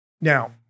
Now